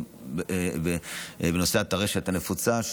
בנושא הטרשת הנפוצה,